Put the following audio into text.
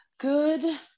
Good